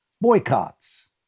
boycotts